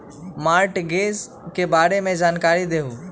Mortgage के बारे में जानकारी देहु?